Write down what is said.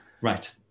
Right